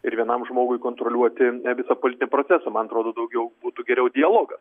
ir vienam žmogui kontroliuoti visą politinį procesą man atrodo daugiau būtų geriau dialogas